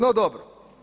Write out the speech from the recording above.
No dobro.